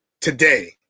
Today